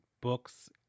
books